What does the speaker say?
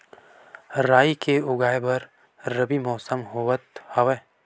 राई के उगाए बर रबी मौसम होवत हवय?